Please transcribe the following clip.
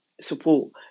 support